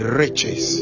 riches